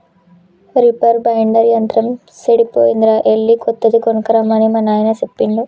reaper binder యంత్రం సెడిపోయిందిరా ఎళ్ళి కొత్తది కొనక్కరమ్మని మా నాయిన సెప్పిండు